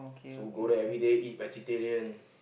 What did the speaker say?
so go there everyday eat vegetarian